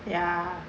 ya